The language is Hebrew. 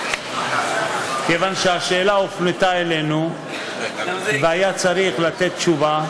מכיוון שהשאלה הופנתה אלינו, והיה צריך לתת תשובה,